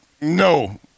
no